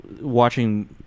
watching